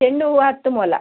ಚೆಂಡು ಹೂವು ಹತ್ತು ಮೊಳ